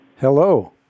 Hello